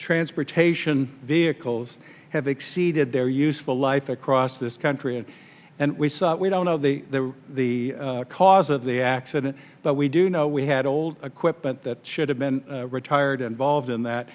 transportation vehicles have exceeded their useful life across this country and and we saw we don't know the the cause of the accident but we do know we had old equipment that should have been retired involved in that